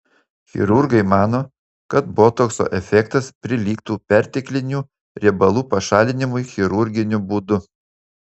chirurgai mano kad botokso efektas prilygtų perteklinių riebalų pašalinimui chirurginiu būdu